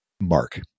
mark